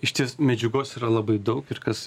išties medžiagos yra labai daug ir kas